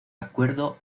acuerdo